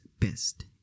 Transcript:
best